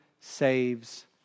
saves